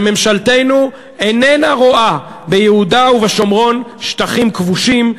שממשלתנו איננה רואה ביהודה ושומרון שטחים כבושים.